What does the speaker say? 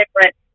different